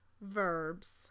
verbs